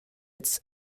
its